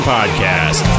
Podcast